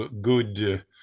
good